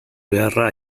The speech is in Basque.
beharra